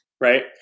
Right